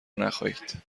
نخایید